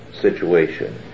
situation